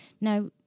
Now